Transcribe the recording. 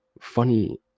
funny